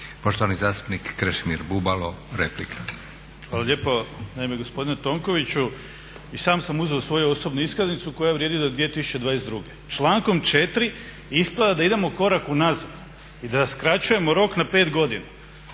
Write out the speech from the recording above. Poštovani zastupnik Krešimir Bubalo, replika. **Bubalo, Krešimir (HDSSB)** Hvala lijepo. Naime, gospodine Tonkoviću, i sam sam uzeo svoju osobnu iskaznicu koja vrijedi do 2022. Člankom 4. ispada da idemo korak unazad i da skraćujemo rok na 5 godina.